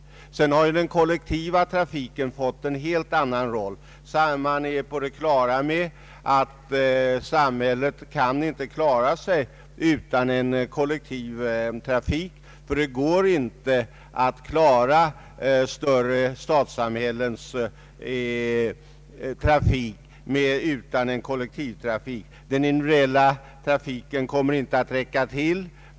Därtill har den kollektiva trafiken fått en helt annan roll. Man är på det klara med att samhället inte kan klara sig utan en kollektiv trafik. Det går inte att klara större stadssamhällens trafik utan kollektiva transporter.